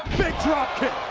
dropkick.